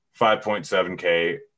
5.7K